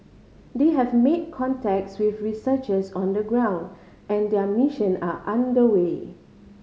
they have made contacts with researchers on the ground and their mission are under way